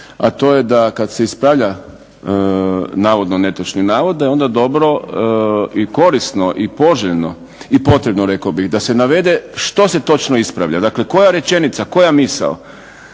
a to je da kada se ispravlja netočni navod da je onda dobro i korisno i poželjno i potrebno rekao bih da se navede što se točno ispravlja, koja rečenica, koja misao.